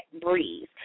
Breeze